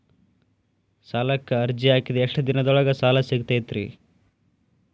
ಸಾಲಕ್ಕ ಅರ್ಜಿ ಹಾಕಿದ್ ಎಷ್ಟ ದಿನದೊಳಗ ಸಾಲ ಸಿಗತೈತ್ರಿ?